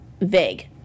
vague